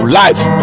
life